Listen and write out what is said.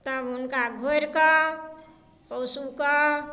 तब हुनका घोरि कऽ पशुके